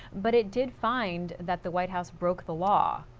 but, it did find that the white house broke the law.